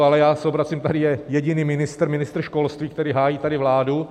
Ale já se obracím tady je jediný ministr, ministr školství, který hájí tady vládu.